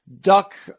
duck